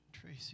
Tracy